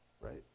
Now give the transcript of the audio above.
Right